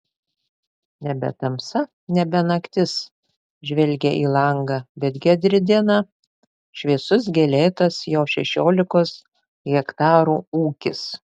nebe tamsa nebe naktis žvelgė į langą bet giedri diena šviesus gėlėtas jo šešiolikos hektarų ūkis